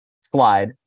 slide